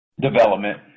Development